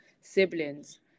siblings